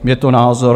Je to názor.